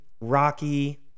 Rocky